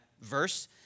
verse